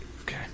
Okay